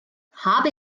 habe